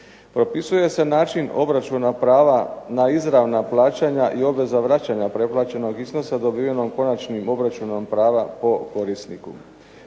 Propisuje se način obračuna prava na izravna plaćanja i obveza vraćanja preplaćenog iznosa dobivenog konačnim obračunom prava po korisniku.